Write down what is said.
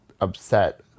upset